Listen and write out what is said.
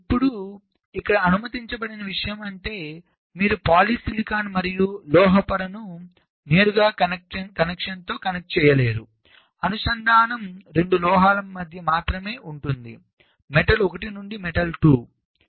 ఇప్పుడు ఇక్కడ అనుమతించబడని విషయంఅంటే మీరు పాలిసిలికాన్ మరియు లోహ పొరను నేరుగా కనెక్షన్తో కనెక్ట్ చేయలేరు అనుసంధానం 2 లోహాల మధ్య మాత్రమే ఉంటుంది మెటల్ 1 నుండి మెటల్ 2